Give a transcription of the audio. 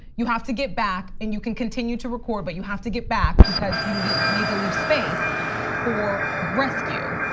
you have to get back and you can continue to record, but you have to get back because you need to leave space for rescue.